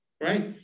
Right